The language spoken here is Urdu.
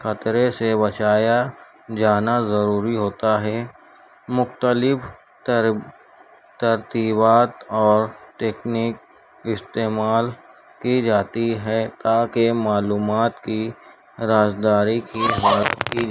خطرے سے بچایا جانا ضروری ہوتا ہے مخلتف ترب ترتیبات اور ٹیکنیک استعمال کی جاتی ہے تاکہ معلومات کی رازداری کی جا کی